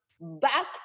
back